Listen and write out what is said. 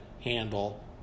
handle